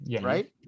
right